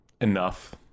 enough